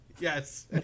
yes